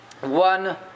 one